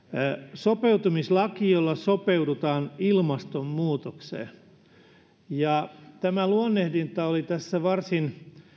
sopeutumislaiksi jolla sopeudutaan ilmastonmuutokseen tämä luonnehdinta oli tässä varsin